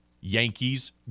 Yankees